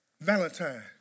Valentine